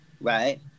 right